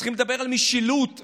צריכים לדבר על משילות בירושלים.